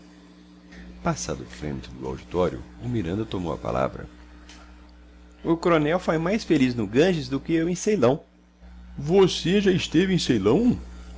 o frêmito do auditório o miranda tomou a palavra o coronel foi mais feliz no ganges do que eu em ceilão você já esteve em ceilão